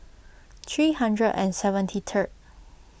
three hundred and seventy third